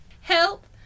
Help